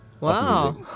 Wow